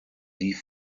die